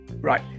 Right